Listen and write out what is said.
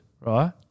right